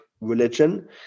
religion